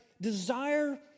desire